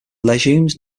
legumes